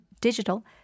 digital